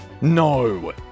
no